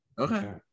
Okay